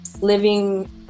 living